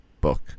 book